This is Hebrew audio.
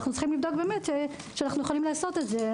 צריך לבדוק שאנחנו יכולים לעשות את זה.